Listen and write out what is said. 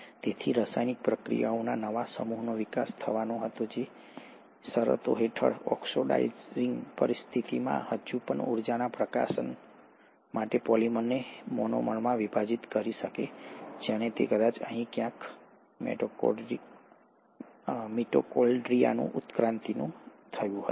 તેથી રાસાયણિક પ્રતિક્રિયાઓના નવા સમૂહનો વિકાસ થવાનો હતો જે આ શરતો હેઠળ ઓક્સિડાઇઝિંગ પરિસ્થિતિઓ હજુ પણ ઊર્જાના પ્રકાશન માટે પોલિમરને મોનોમરમાં વિભાજીત કરી શકે છે અને તે કદાચ અહીં ક્યાંક છે મિટોકોન્ડ્રિયાનું ઉત્ક્રાંતિ થયું હશે